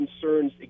concerns